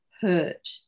hurt